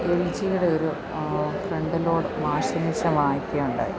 L ജിയുടെ ഒരു front load washing machine വാങ്ങിക്കുകയുണ്ടായി